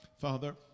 Father